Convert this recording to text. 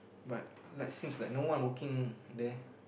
but like seems like no one working there